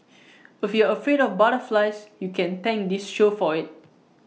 if you're afraid of butterflies you can thank this show for IT